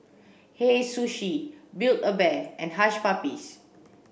Hei Sushi Build a Bear and Hush Puppies